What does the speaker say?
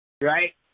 right